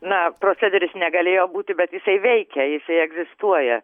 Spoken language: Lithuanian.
na procederis negalėjo būti bet jisai veikia jisai egzistuoja